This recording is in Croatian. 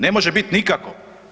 Ne može bit nikako.